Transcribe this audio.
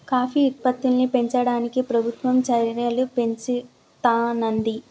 coffee ఉత్పత్తుల్ని పెంచడానికి ప్రభుత్వం చెర్యలు పెంచుతానంది